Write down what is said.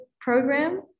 program